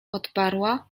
odparła